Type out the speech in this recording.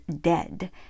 dead